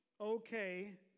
Okay